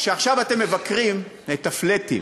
כשאתם מבקרים את ה"פלאטים",